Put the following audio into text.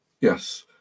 Yes